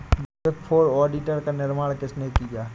Big four auditor का निर्माण किसने किया?